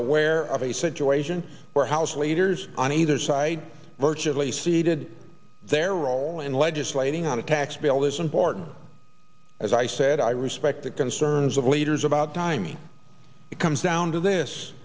aware of a situation where house leaders on either side virtually ceded their role in legislating on a tax bill this important as i said i respect the concerns of leaders about timing it comes down to this